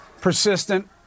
Persistent